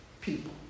people